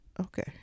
okay